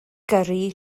gyrru